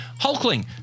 Hulkling